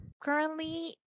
currently